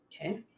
Okay